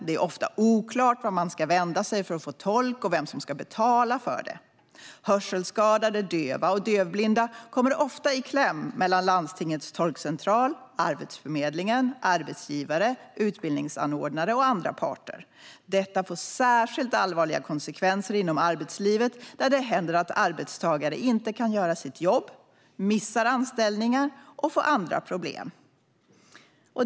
Det är ofta oklart vart man ska vända sig för att få tolk och vem som ska betala för det. Hörselskadade, döva och dövblinda kommer ofta i kläm mellan landstingets tolkcentral, Arbetsförmedlingen, arbetsgivare, utbildningsanordnare och andra parter. Detta får särskilt allvarliga konsekvenser inom arbetslivet, där det händer att arbetstagare inte kan göra sitt jobb, missar anställningar och får andra problem.